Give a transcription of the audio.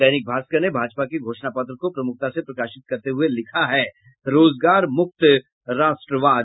दैनिक भास्कर ने भाजपा के घोषणा पत्र को प्रमुखता से प्रकाशित करते हुए लिखा है रोजगार मुक्त राष्ट्रवाद